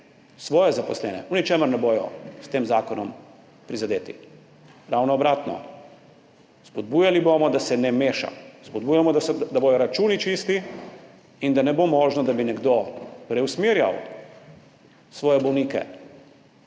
svoje zaposlene, v ničemer ne bodo s tem zakonom prizadeti. Ravno obratno, spodbujali bomo, da se ne meša, spodbujamo, da bodo računi čisti in da ne bo možno, da bi nekdo preusmerjal svoje bolnike